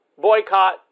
Boycott